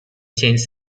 changed